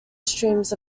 streams